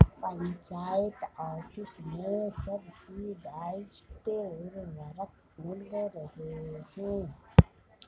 panchayat office में subsidized उर्वरक मिल रहे हैं